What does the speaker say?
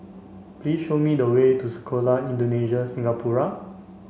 please show me the way to Sekolah Indonesia Singapura